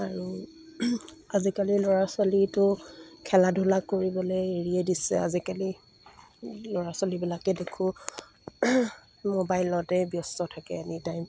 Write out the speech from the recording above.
আৰু আজিকালি ল'ৰা ছোৱালীটো খেলা ধূলা কৰিবলে এৰিয়ে দিছে আজিকালি ল'ৰা ছোৱালীবিলাকে দেখোঁ মোবাইলতে ব্যস্ত থাকে এনি টাইম